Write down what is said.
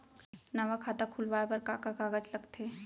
नवा खाता खुलवाए बर का का कागज लगथे?